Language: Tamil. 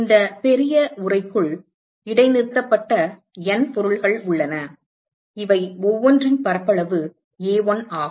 இந்த பெரிய உறைக்குள் இடைநிறுத்தப்பட்ட N பொருள்கள் உள்ளன இவை ஒவ்வொன்றின் பரப்பளவு A1 ஆகும்